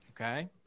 okay